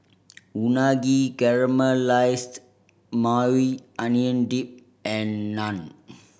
Unagi Caramelized Maui Onion Dip and Naan